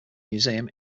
museum